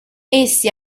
essi